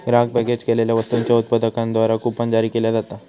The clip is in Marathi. ग्राहक पॅकेज केलेल्यो वस्तूंच्यो उत्पादकांद्वारा कूपन जारी केला जाता